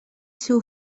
seu